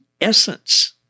essence